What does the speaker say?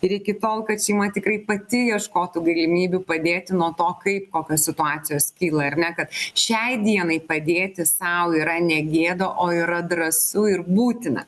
ir iki tol kad šeima tikrai pati ieškotų galimybių padėti nuo to kaip kokios situacijos kyla ar ne kad šiai dienai padėti sau yra ne gėda o yra drąsu ir būtina